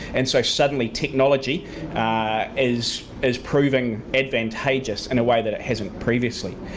and so suddenly technology is is proving advantageous in a way that it hasn't previously.